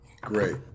Great